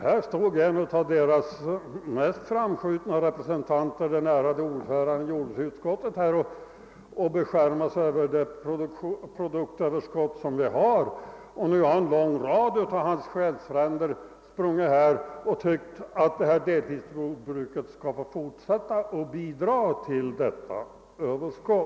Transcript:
Här står en av deras mest framskjutna representanter, den ärade ordföranden i jordbruksutskottet, och beskärmar sig över det produktionsöverskott som vi har, och nu har en lång rad av hans själsfränder sprungit upp här och tyckt att jordbruket skall få fortsätta och bidra till detta överskott.